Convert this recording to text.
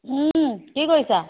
কি কৰিছা